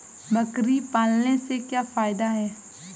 बकरी पालने से क्या फायदा है?